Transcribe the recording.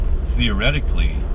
theoretically